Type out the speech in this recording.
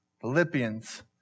Philippians